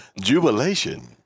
Jubilation